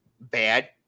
bad